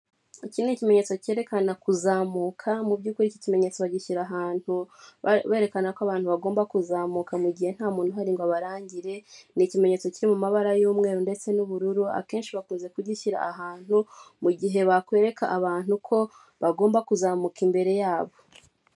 Iki ni ikimenyetso cyerekana kuzamuka mu by'ukuri iki kimenyetso bagishyira ahantu berekana ko abantu bagomba kuzamuka mu mugihe nta muntu uhari ngo abarangire, ni ikimenyetso kiri mu mabara y'umweru ndetse n'ubururu akenshi bakunze kugishyira ahantu mu gihe bakwereka abantu ko bagomba kuzamuka imbere yabo.